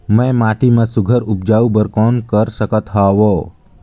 मैं माटी मा सुघ्घर उपजाऊ बर कौन कर सकत हवो?